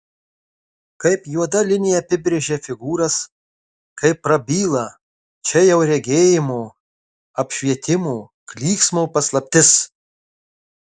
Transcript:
kaip juoda linija apibrėžia figūras kaip prabyla čia jau regėjimo apšvietimo klyksmo paslaptis